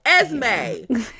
Esme